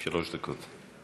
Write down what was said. שלוש דקות.